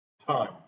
Time